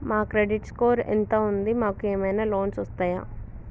మా credit score ఎంత ఉంది? మాకు ఏమైనా లోన్స్ వస్తయా?